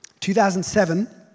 2007